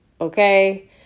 okay